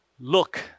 Look